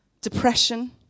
depression